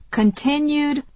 continued